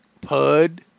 Pud